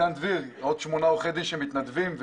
ועוד שמונה עורכי דין שמתנדבים,